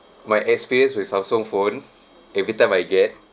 my experience with Samsung phone every time I get